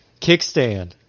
Kickstand